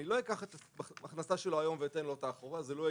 אני לא אקח את ההכנסה שלו היום ואתן לו אותה אחורה; זה לא הגיוני.